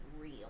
real